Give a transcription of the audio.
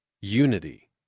unity